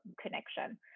connection